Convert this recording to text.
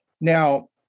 Now